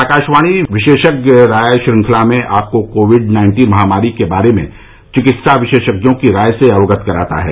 आकाशवाणी विशेषज्ञ राय श्रृंखला में आपको कोविड नाइन्टीन महामारी के बारे में चिकित्सा विशेषज्ञों की राय से अवगत कराता है